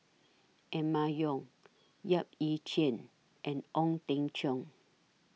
Emma Yong Yap Ee Chian and Ong Teng Cheong